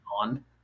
on